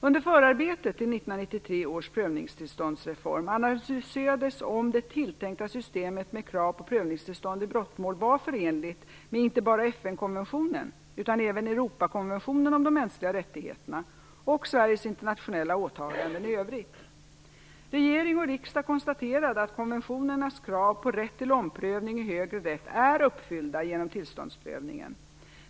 Under förarbetet till 1993 års prövningstillståndsreform analyserades om det tilltänkta systemet med krav på prövningstillstånd i brottmål var förenligt med inte bara FN-konventionen utan även Europakonventionen om de mänskliga rättigheterna och Sveriges internationella åtaganden i övrigt. Regering och riksdag konstaterade att konventionernas krav på rätt till omprövning i högre rätt är uppfyllda genom tillståndsprövningen.